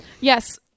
yes